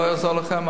לא יעזור לכם,